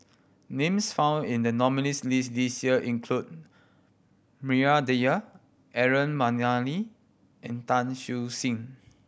names found in the nominees' list this year include Maria Dyer Aaron Maniam and Tan Siew Sin